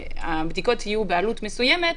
הבדיקות יהיו בעלות מסוימת,